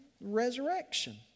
resurrection